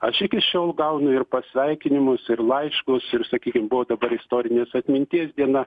aš iki šiol gaunu ir pasveikinimus ir laiškus ir sakykim buvo dabr istorinės atminties diena